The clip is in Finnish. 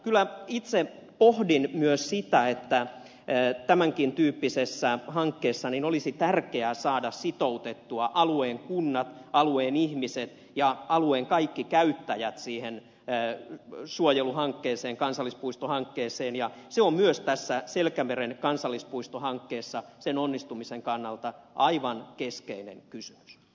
kyllä itse pohdin myös sitä että tämänkin tyyppisessä hankkeessa olisi tärkeää saada sitoutettua alueen kunnat alueen ihmiset ja alueen kaikki käyttäjät siihen suojeluhankkeeseen kansallispuistohankkeeseen ja se on myös tässä selkämeren kansallispuistohankkeessa sen onnistumisen kannalta aivan keskeinen kysymys